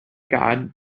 god